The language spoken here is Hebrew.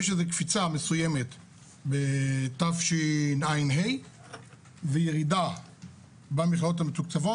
יש איזה קפיצה מסוימת בתשע"ה וירידה במכללות המתוקצבות,